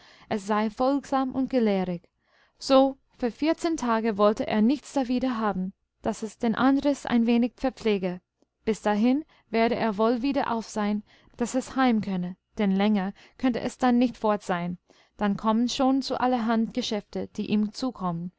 es sei folgsam und gelehrig so für vierzehn tage wollte er nichts dawider haben daß es den andres ein wenig verpflege bis dahin werde er wohl wieder auf sein daß es heim könne denn länger könnte es dann nicht fort sein dann kommen schon so allerhand geschäfte die ihm zukommen